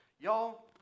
Y'all